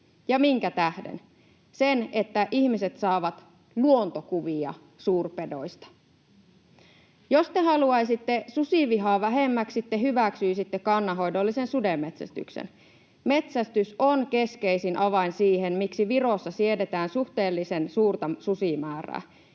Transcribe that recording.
Ja minkä tähden? Siksi, että ihmiset saavat luontokuvia suurpedoista. Jos te haluaisitte susivihaa vähemmäksi, te hyväksyisitte kannanhoidollisen sudenmetsästyksen. Metsästys on keskeisin avain siihen, miksi Virossa siedetään suhteellisen suurta susimäärää.